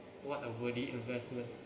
what a worthy investment